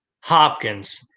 Hopkins